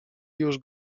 już